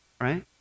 right